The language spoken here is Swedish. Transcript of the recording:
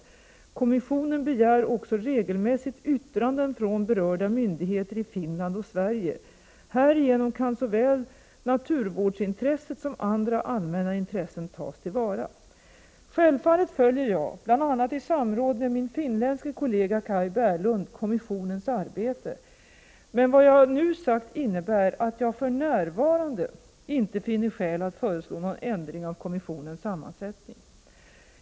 Kommissionen begär också regelmässigt yttranden från berörda myndigheter i Finland och Sverige. Härigenom kan såväl naturvårdsintresset som andra allmänna intressen tas till vara. Självfallet följer jag — bl.a. i samråd med min finländske kollega Kaj Bärlund — kommissionens arbete. Men vad jag nu sagt innebär att jag för närvarande inte finner skäl att föreslå någon ändring av kommissionens sammansättning.